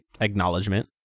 acknowledgement